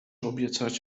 obiecać